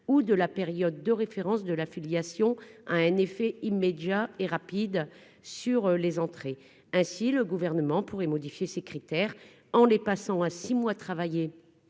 ou de la période de référence de la filiation a un effet immédiat et rapide sur les entrées ainsi le gouvernement pourrait modifier ses critères en les passant à 6 mois travailler